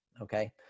okay